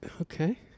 Okay